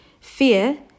Fear